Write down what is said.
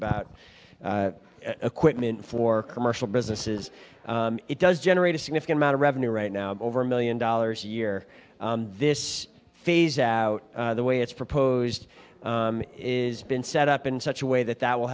about equipment for commercial businesses it does generate a significant amount of revenue right now over a million dollars a year this phase out the way it's proposed is been set up in such a way that that will